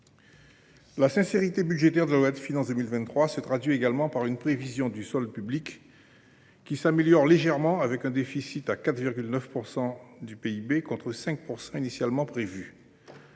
La sincérité budgétaire de la loi de finances initiale pour 2023 se traduit également par une prévision du solde public, qui s’améliore même légèrement, avec un déficit à 4,9 % du PIB contre 5 % initialement prévu.